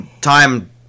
time